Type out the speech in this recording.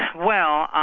well,